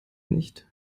nicht